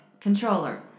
controller